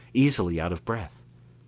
easily out of breath.